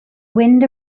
wind